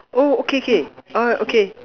oh okay K ah okay